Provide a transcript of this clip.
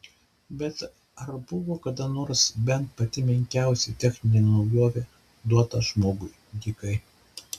bet ar buvo kada nors bent pati menkiausia techninė naujovė duota žmogui dykai